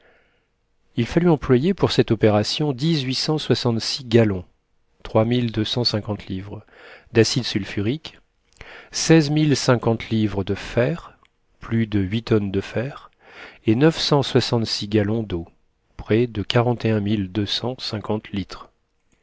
il fallut employer pour cette opération dix-huit cent soixante-six gallons trois mille deux cent cinquante litres d'acide sulfurique seize mille cinquante livres de fer plus de huit tonnes de fer et neuf cent soixante-six gallons d'eau prés de quarante et un mille deux cent cinquante litres